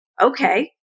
okay